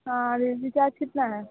हाँ रिचार्ज कितना है